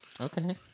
Okay